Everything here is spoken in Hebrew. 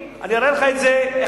אראה לך את זה בטלוויזיה.